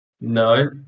no